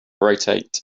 rotate